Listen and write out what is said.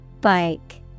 Bike